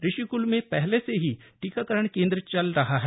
ऋषि क्ल में पहले से ही टीकाकरण केंद्र चल रहा है